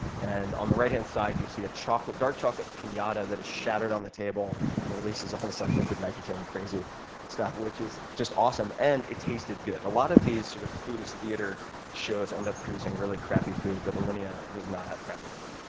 and on the right-hand side, you see a dark chocolate pinata that is shattered on the table and releases all this like liquid nitrogen and crazy stuff, which is just awesome. and it tasted good. a lot of these sort of food-as-theater shows end up producing really crappy food. but alinea does not have crappy food.